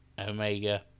Omega